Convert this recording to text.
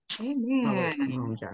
amen